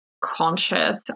conscious